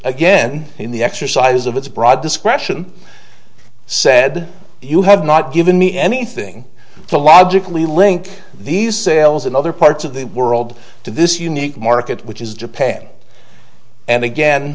again in the exercise of its broad discretion said you have not given me anything to logically link these sales in other parts of the world to this unique market which is japan and again